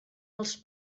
els